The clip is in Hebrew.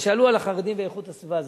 אז שאלו על החרדים ואיכות הסביבה.